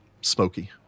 smoky